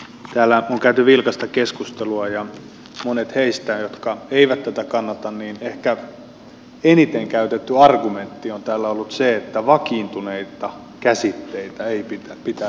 täällä on käyty vilkasta keskustelua ja monilla heistä jotka eivät tätä kannata ehkä eniten käytetty argumentti on täällä ollut se että vakiintuneita käsitteitä ei pidä muuttaa